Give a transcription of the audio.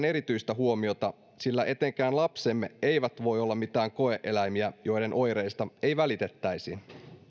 erityistä huomioita sillä etenkään lapsemme eivät voi olla mitään koe eläimiä joiden oireista ei välitettäisi